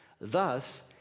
Thus